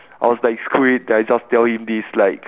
I was like screw it then I just tell him this like